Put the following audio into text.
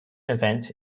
event